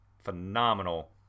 phenomenal